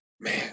Man